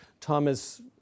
Thomas